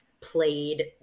played